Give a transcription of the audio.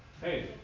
Hey